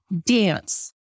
dance